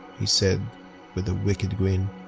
he said with a wicked grin.